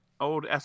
old